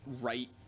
right